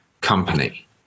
company